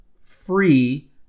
free